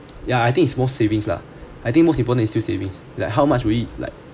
yeah I think it's most savings lah I think most people needs savings like how much would it like